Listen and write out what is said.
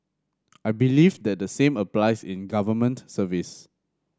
I believe that the same applies in government service